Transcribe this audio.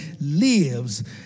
lives